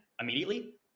immediately